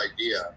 idea